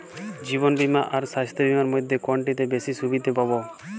জীবন বীমা আর স্বাস্থ্য বীমার মধ্যে কোনটিতে বেশী সুবিধে পাব?